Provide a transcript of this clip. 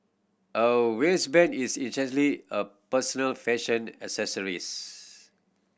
a wristband is essentially a personal fashion accessories